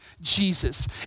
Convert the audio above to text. Jesus